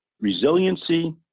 resiliency